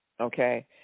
okay